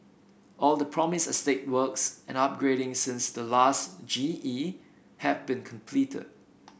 all the promised estate works and upgrading since the last G E have been completed